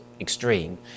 extreme